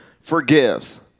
forgives